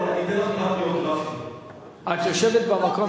את יושבת במקום של משה גפני.